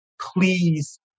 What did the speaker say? please